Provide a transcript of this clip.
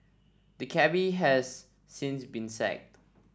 the cabby has since been sacked